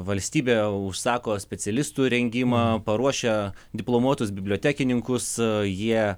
valstybė užsako specialistų rengimą paruošia diplomuotus bibliotekininkus jie